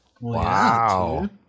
Wow